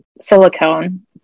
silicone